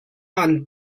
aan